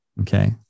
okay